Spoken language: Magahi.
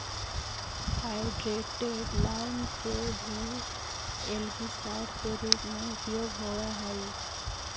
हाइड्रेटेड लाइम के भी एल्गीसाइड के रूप में उपयोग होव हई